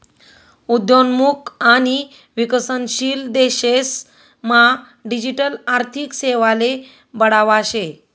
उद्योन्मुख आणि विकसनशील देशेस मा डिजिटल आर्थिक सेवाले बढावा शे